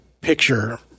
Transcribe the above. picture